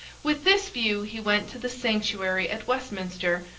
with this view he went to the sanctuary at westminster,